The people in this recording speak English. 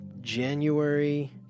January